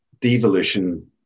Devolution